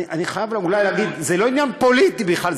אני חייב אולי להגיד: זה לא עניין פוליטי בכלל,